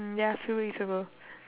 mm ya few weeks ago